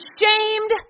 shamed